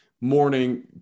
morning